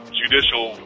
judicial